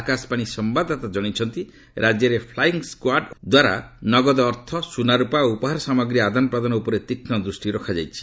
ଆକାଶବାଣୀ ସମ୍ଭାଦଦାତା ଜଣାଇଛନ୍ତି ରାଜ୍ୟରେ ପ୍ଲାଇଙ୍ଗ୍ ସ୍କାର୍ଡ୍ ଓ ଦ୍ୱାରା ନଗଦ ଅର୍ଥ ସୁନାରୁପା ଓ ଉପହାର ସାମଗ୍ରୀ ଆଦାନ ପ୍ରଦାନ ଉପରେ ତୀକ୍ଷ୍ମ ଦୃଷ୍ଟି ରଖାଯାଇଛି